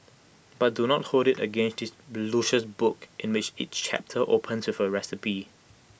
but do not hold IT against this luscious book in which each chapter opens A recipe